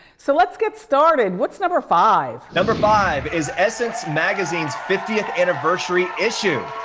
so, let's get started. what's number five? number five is essence magazine's fiftieth anniversary issue.